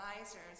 advisors